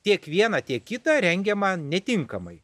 tiek viena tiek kita rengiama netinkamai